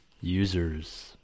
users